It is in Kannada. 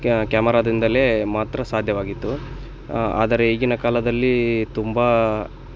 ಕ್ಯಾ ಕ್ಯಾಮರಾದಿಂದಲೇ ಮಾತ್ರ ಸಾಧ್ಯವಾಗಿತ್ತು ಆದರೆ ಈಗಿನ ಕಾಲದಲ್ಲಿ ತುಂಬ